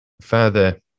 further